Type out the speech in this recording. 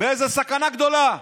באיזו סכנה גדולה.